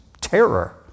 terror